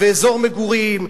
ואזור מגורים.